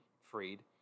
Freed